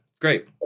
great